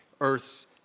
Earth's